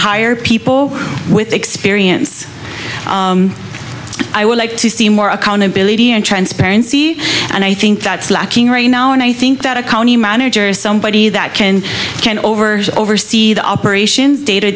hire people with experience i would like to see more accountability and transparency and i think that's lacking right now and i think that a county manager is somebody that can can over oversee the operations day to